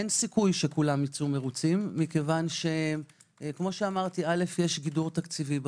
אין סיכוי שכולם ייצאו מרוצים כי כאמור יש גידול תקציבי.